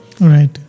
right